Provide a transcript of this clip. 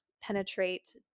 penetrate